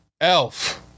Elf